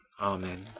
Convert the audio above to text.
Amen